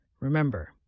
Remember